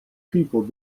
people